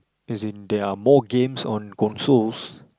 as in there are more games on consoles